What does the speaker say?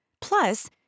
Plus